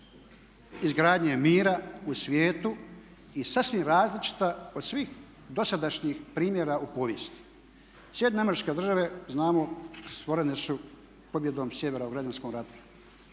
izgradnje mira u svijetu i sasvim različita od svih dosadašnjih primjera u povijesti. Sjedinjene Američke Države, znamo stvorene su pobjedom Sjevera u građanskom ratu.